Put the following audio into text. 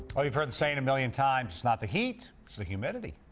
well, you've heard the saying a million times, it's not the heat, it's the humidity.